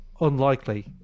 unlikely